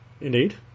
Indeed